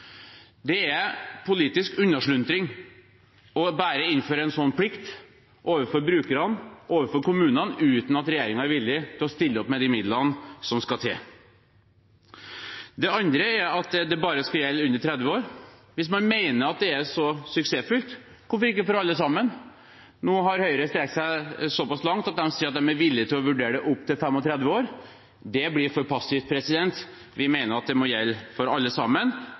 Det er politisk unnasluntring bare å innføre en sånn plikt overfor brukerne og kommunene uten at regjeringen er villig til å stille opp med midlene som skal til. Det andre er at dette skal gjelde bare personer under 30 år. Hvorfor ikke for alle sammen hvis man mener det er så suksessfullt? Nå har Høyre strukket seg såpass langt at de sier de er villige til å vurdere det opp til 35 år. Det blir for passivt. Vi mener det må gjelde for alle,